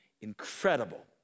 Incredible